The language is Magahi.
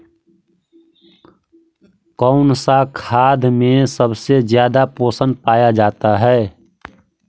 कौन सा खाद मे सबसे ज्यादा पोषण पाया जाता है?